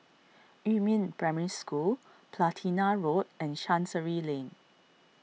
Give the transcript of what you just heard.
Yumin Primary School Platina Road and Chancery Lane